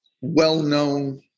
well-known